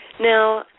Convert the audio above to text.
Now